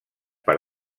per